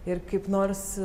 ir kaip nors